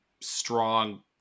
strong